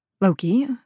Loki